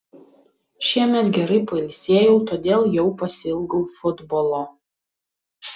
šiemet gerai pailsėjau todėl jau pasiilgau futbolo